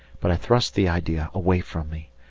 but i thrust the idea away from me.